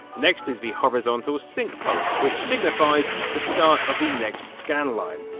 next is the horizontal sync pulse, which signifies the start of the next scan line.